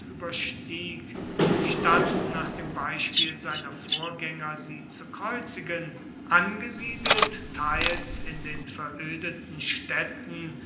überstieg statt nach dem beispiel seiner vorgänger sie zu kreuzigen angesiedelt teils in den verödeten städten